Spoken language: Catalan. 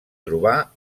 trobar